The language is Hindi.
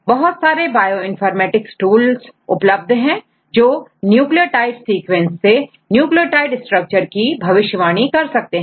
बहुत सारे बायोइनफॉर्मेटिक्स टूल्स उपलब्ध है जो न्यूक्लियोटाइड सीक्वेंस से न्यूक्लियोटाइड स्ट्रक्चर की भविष्यवाणी कर सकते हैं